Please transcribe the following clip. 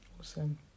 awesome